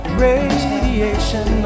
radiation